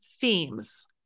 themes